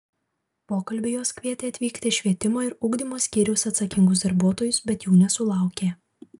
pokalbiui jos kvietė atvykti švietimo ir ugdymo skyriaus atsakingus darbuotojus bet jų nesulaukė